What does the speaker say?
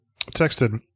texted